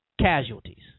casualties